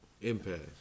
impact